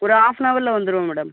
ஒரு ஹாஃப்நவரில் வந்துடுவோம் மேடம்